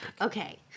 Okay